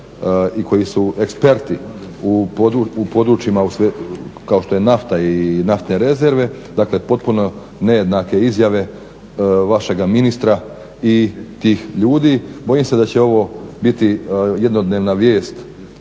i koji su eksperti u područjima kao što je nafta i naftne rezerve, dakle potpuno nejednake izjave vašega ministra i tih ljudi. Bojim se da će ovo biti jednodnevna vijest